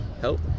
help